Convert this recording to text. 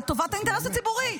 לטובת האינטרס הציבורי.